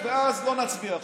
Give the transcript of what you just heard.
אז לא נצביע עכשיו,